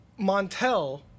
Montel